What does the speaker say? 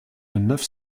neuf